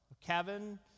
Kevin